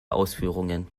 ausführungen